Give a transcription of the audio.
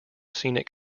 scenic